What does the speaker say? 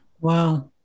Wow